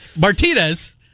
Martinez